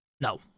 No